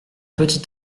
petit